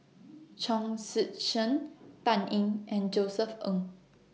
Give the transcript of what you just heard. Chong Tze Chien Dan Ying and Josef Ng